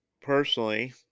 personally